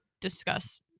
discuss